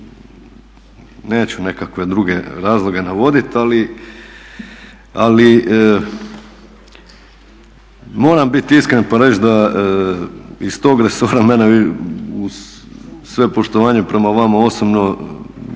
Neću nekakve druge razloge navoditi ali moram biti iskren pa reći da iz tog resora mene uz sve poštovanje prema vama osobno,